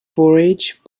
forage